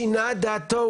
שינה את דעתו,